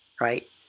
right